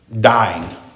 dying